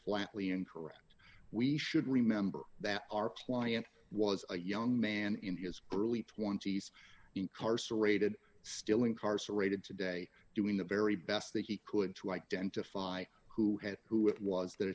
flatly incorrect we should remember that our client was a young man in his early twenty's incarcerated still incarcerated today doing the very best that he could to identify who had who it was that